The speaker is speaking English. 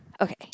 Okay